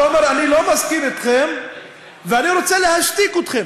אתה אומר: אני לא מסכים אתכם ואני רוצה להשתיק אתכם.